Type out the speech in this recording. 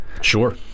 Sure